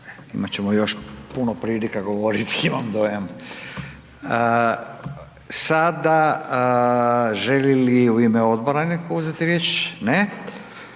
Imat ćemo još puno prilika govoriti imam dojam. Sada želi li u ime odbora netko uzeti riječ? Ne.